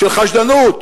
של חשדנות,